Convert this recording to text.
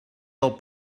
del